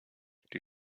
die